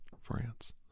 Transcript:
France